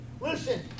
Listen